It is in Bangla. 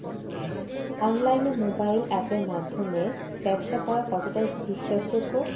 অনলাইনে মোবাইল আপের মাধ্যমে ব্যাবসা করা কতটা বিশ্বাসযোগ্য?